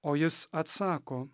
o jis atsako